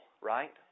right